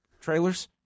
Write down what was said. trailers